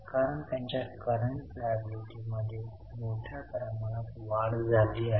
कारण त्यांच्या current liability मध्ये मोठ्या प्रमाणात वाढ झाली आहे